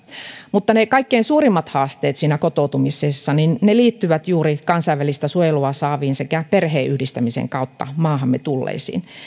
mutta ne kaikkein suurimmat haasteet kotoutumisessa liittyvät juuri kansainvälistä suojelua saaviin sekä perheenyhdistämisen kautta maahamme tulleisiin